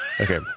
Okay